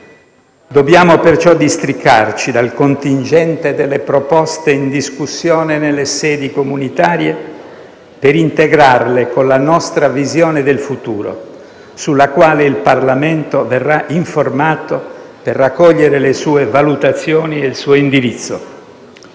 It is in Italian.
Dobbiamo, perciò, districarci dal contingente delle proposte in discussione nelle sedi comunitarie per integrarle con la nostra visione del futuro sulla quale il Parlamento verrà informato per raccogliere le sue valutazioni e il suo indirizzo.